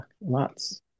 lots